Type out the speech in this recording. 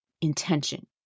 intention